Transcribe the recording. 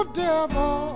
devil